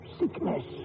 sickness